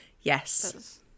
Yes